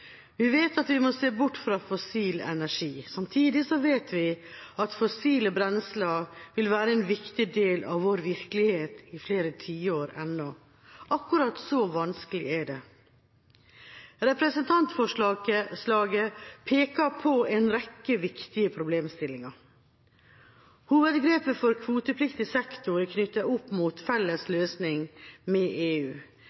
Vi vet at vi må bort fra fossil energi, samtidig vet vi at fossile brensler vil være en viktig del av vår virkelighet i flere tiår ennå. Akkurat så vanskelig er det. Representantforslaget peker på en rekke viktige problemstillinger. Hovedgrepet for kvotepliktig sektor er knyttet opp mot en felles